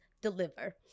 deliver